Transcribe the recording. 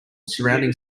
surrounding